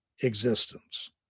existence